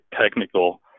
technical